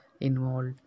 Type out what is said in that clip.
involved